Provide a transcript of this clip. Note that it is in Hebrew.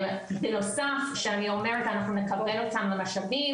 בנוסף שאני אומרת אנחנו נקבל אותם למשאבים,